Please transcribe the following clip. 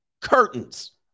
curtains